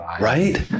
Right